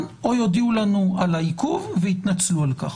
או יודיעו לנו על העיכוב ויתנצלו על-כך.